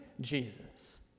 Jesus